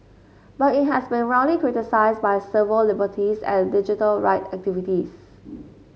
but it has been roundly criticized by civil liberties and digital rights activists